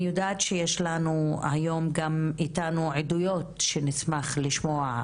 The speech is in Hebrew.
אני יודעת שיש לנו היום איתנו גם עדויות שנשמח לשמוע,